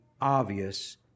obvious